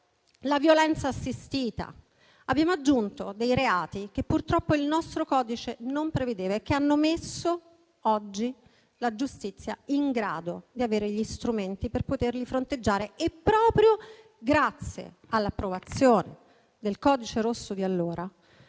la violenza assistita. Abbiamo aggiunto reati che purtroppo il nostro codice non prevedeva e oggi abbiamo messo la giustizia in grado di avere gli strumenti per poterli fronteggiare. Proprio grazie all'approvazione del "codice rosso" di allora